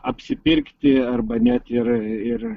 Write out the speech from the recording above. apsipirkti arba net ir ir